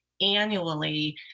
annually